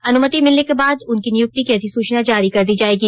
अनुमति मिलने के बाद उनकी नियुक्ति की अधिसूचना जारी कर दी जायेगी